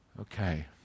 Okay